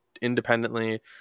independently